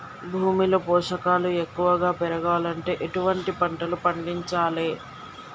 భూమిలో పోషకాలు ఎక్కువగా పెరగాలంటే ఎటువంటి పంటలు పండించాలే?